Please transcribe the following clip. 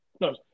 No